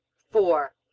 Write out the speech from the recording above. four.